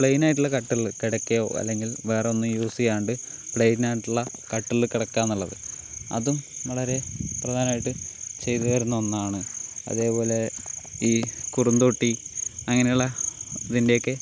പ്ലെയിനായിട്ടുള്ള കട്ടിലിൽ കിടക്കയോ അല്ലെങ്കിൽ വേറെയൊന്നും യൂസ് ചെയ്യാണ്ട് പ്ലെയിനായിട്ടുള്ള കട്ടിലിൽ കിടക്കുക്ക എന്നുള്ളത് അതും വളരെ പ്രധാനമായിട്ട് ചെയ്ത് വരുന്ന ഒന്നാണ് അതുപോലെ ഈ കുറുന്തോട്ടി അങ്ങനെയുള്ള ഇതിൻ്റെയൊക്കെ